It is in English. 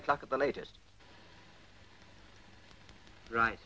o'clock at the latest right